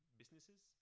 businesses